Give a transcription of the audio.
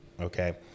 okay